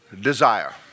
desire